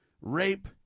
rape